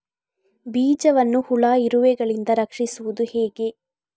ಬೀಜವನ್ನು ಹುಳ, ಇರುವೆಗಳಿಂದ ರಕ್ಷಿಸುವುದು ಹೇಗೆ?